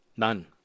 None